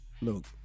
Look